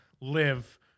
live